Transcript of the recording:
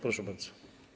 Proszę bardzo.